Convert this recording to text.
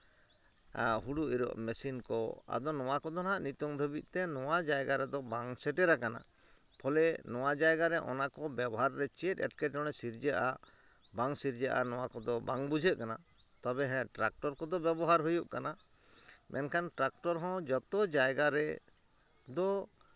ᱦᱩᱲᱩ ᱤᱨᱚᱜ ᱢᱮᱥᱤᱱ ᱠᱚ ᱟᱫᱚ ᱱᱚᱣᱟ ᱠᱚᱫᱚᱱᱟᱜ ᱱᱤᱛᱳᱝ ᱫᱷᱟᱹᱵᱤᱡ ᱛᱮ ᱱᱚᱣᱟ ᱡᱟᱭᱜᱟ ᱨᱮᱫᱚ ᱵᱟᱝ ᱥᱮᱴᱮᱨᱟᱠᱟᱱᱟ ᱯᱷᱚᱞᱮ ᱱᱚᱣᱟ ᱡᱟᱭᱜᱟ ᱨᱮ ᱚᱱᱟ ᱠᱚ ᱵᱮᱵᱚᱦᱟᱨ ᱨᱮ ᱪᱮᱫ ᱮᱴᱠᱮᱴᱚᱬᱮ ᱥᱤᱨᱡᱟᱹᱜᱼᱟ ᱵᱟᱝ ᱥᱤᱨᱡᱟᱹᱜᱼᱟ ᱱᱚᱣᱟ ᱠᱚᱫᱚ ᱵᱟᱝ ᱵᱩᱡᱷᱟᱹᱜ ᱠᱟᱱᱟ ᱛᱚᱵᱮ ᱦᱮᱸ ᱴᱨᱟᱠᱴᱚᱨ ᱠᱚᱫᱚ ᱵᱮᱵᱚᱦᱟᱨ ᱦᱩᱭᱩᱜ ᱠᱟᱱᱟ ᱢᱮᱱᱠᱷᱟᱱ ᱴᱨᱟᱠᱴᱚᱨ ᱦᱚᱸ ᱡᱚᱛᱚ ᱡᱟᱭᱜᱟ ᱨᱮ ᱫᱚ